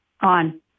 on